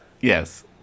yes